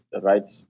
right